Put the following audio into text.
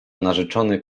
narzeczony